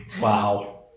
wow